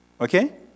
Okay